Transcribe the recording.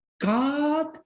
God